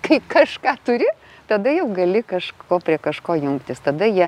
kai kažką turi tada jau gali kažko prie kažko jungtis tada jie